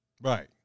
Right